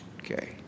Okay